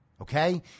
Okay